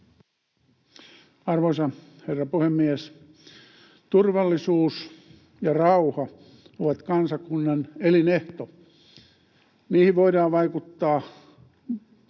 Arvoisa herra puhemies! Turvallisuus ja rauha ovat kansakunnan elinehto. Niihin voidaan vaikuttaa